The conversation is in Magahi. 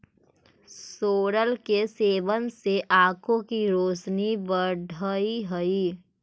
सोरल के सेवन से आंखों की रोशनी बढ़अ हई